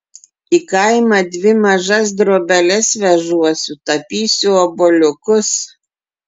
į kaimą dvi mažas drobeles vežuosi tapysiu obuoliukus